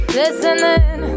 listening